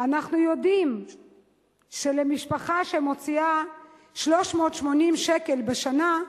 אנחנו יודעים שלמשפחה, שמוציאה 380 שקל בשנה,